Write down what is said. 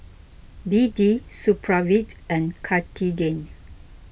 B D Supravit and Cartigain